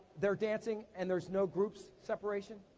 they're dancing, and there's no groups separation,